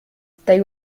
they